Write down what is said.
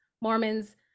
mormons